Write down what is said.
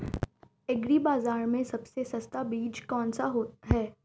Agree बाज़ार में सबसे सस्ता बीज कौनसा है?